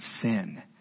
sin